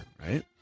right